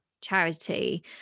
charity